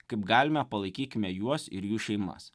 kaip galime palaikykime juos ir jų šeimas